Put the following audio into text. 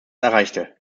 erreichte